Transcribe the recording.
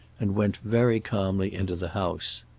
and went very calmly into the house.